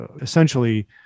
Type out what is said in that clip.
essentially